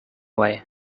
why